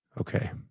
Okay